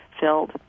filled